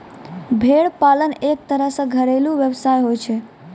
भेड़ पालन एक तरह सॅ घरेलू व्यवसाय होय छै